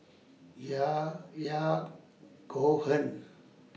Yahya Cohen